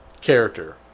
character